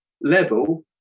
level